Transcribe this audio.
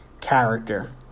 character